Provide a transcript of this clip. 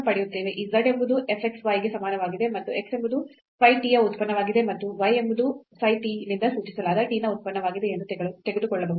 ಈ z ಎಂಬುದು f x y ಗೆ ಸಮಾನವಾಗಿದೆ ಮತ್ತು x ಎಂಬುದು phi t ಯ ಉತ್ಪನ್ನವಾಗಿದೆ ಮತ್ತು y ಎಂಬುದು psi t ನಿಂದ ಸೂಚಿಸಲಾದ t ನ ಉತ್ಪನ್ನವಾಗಿದೆ ಎಂದು ತೆಗೆದುಕೊಳ್ಳಬಹುದು